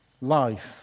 life